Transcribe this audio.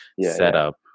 setup